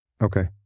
Okay